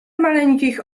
maleńkich